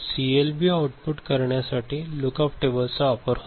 CLB output उत्पन्न करण्यासाठी look up टेबल्सचा वापर करतो